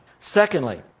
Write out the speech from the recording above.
Secondly